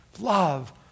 love